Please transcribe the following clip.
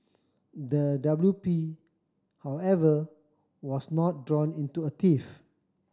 the W P however was not drawn into a tiff